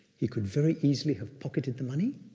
he could very easily have pocketed the money.